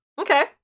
Okay